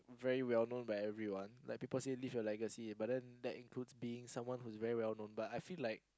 very well known by everyone like people say live your legacy but then that includes being someone who is very well known but I feel like